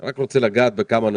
אגע בכמה נקודות: